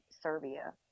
Serbia